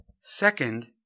Second